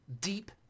deep